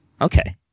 Okay